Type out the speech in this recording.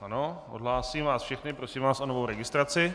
Ano, odhlásím vás všechny, prosím vás o novou registraci...